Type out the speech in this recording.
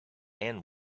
anne